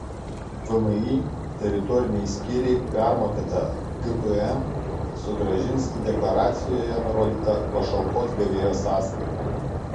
vmi teritoriniai skyriai permokėtą gpm sugrąžins į deklaracijoje nurodytą pašalpos gavėjo sąskaitą